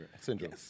syndrome